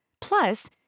Plus